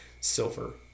silver